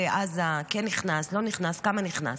לעזה, כן נכנס, לא נכנס, כמה נכנס.